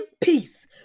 peace